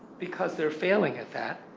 because they're failing at that,